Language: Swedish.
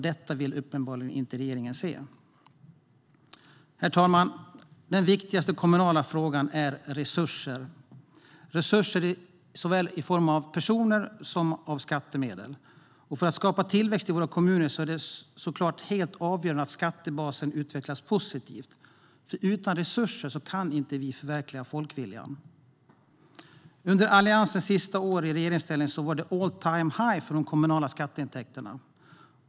Detta vill uppenbarligen inte regeringen se. Herr talman! Den viktigaste kommunala frågan är resurser, resurser såväl i form av personer som av skattemedel. För att skapa tillväxt i våra kommuner är det såklart helt avgörande att skattebasen utvecklas positivt. Utan resurser kan vi inte förverkliga folkviljan. Under Alliansens sista år i regeringsställning var det all-time-high för de kommunala skatteintäkterna.